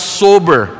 sober